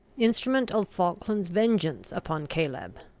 instrument of falkland's vengeance upon caleb.